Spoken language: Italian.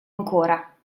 ancora